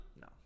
No